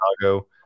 Chicago